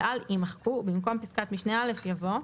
ועל" יימחקו, ובסופה יבוא: